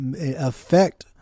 affect